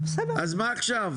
אז מה עכשיו?